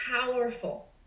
powerful